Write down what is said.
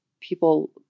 people